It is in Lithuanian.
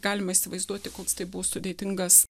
galima įsivaizduoti koks tai buvo sudėtingas